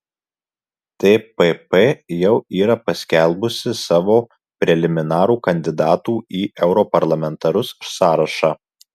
tpp jau yra paskelbusi savo preliminarų kandidatų į europarlamentarus sąrašą